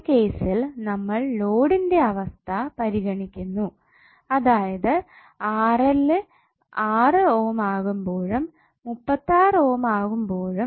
ഈ കേസിൽ നമ്മൾ ലോഡിന്റെ അവസ്ഥ പരിഗണിക്കുന്നു അതായത് 6 ഓം ആകുമ്പോഴും 36 ഓം ആകുമ്പോഴും